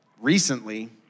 recently